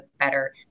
better